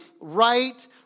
right